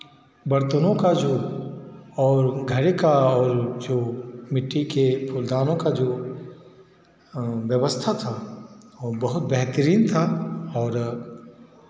बर्तनों का जो और घड़े का और जो मिट्टी के फूलदानों का जो व्यवस्था था वो बहुत बेहतरीन था और